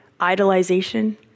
idolization